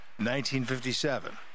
1957